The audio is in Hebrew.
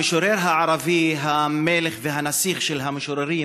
המשורר הערבי, המלך והנסיך של המשוררים,